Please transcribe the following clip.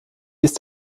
ist